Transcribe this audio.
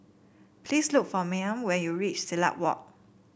please look for Mayme when you reach Silat Walk